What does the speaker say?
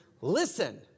Listen